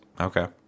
Okay